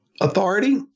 authority